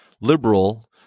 liberal